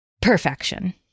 perfection